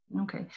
Okay